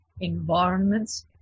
environments